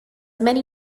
many